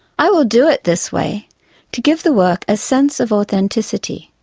i will do it this way to give the work a sense of authenticity,